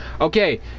Okay